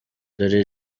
dore